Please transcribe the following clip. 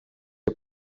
que